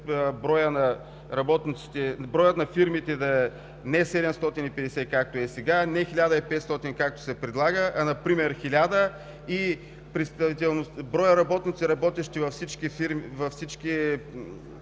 броят на фирмите да не е 750, както е сега, не 1500, както се предлага, а например 1000 и броят работници, работещи – всички членове на